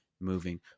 moving